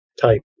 type